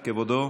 כבודו,